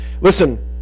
Listen